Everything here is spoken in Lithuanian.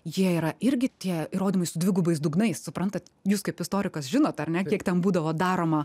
jie yra irgi tie įrodymai su dvigubais dugnais suprantat jūs kaip istorikas žinot ar ne kiek ten būdavo daroma